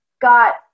got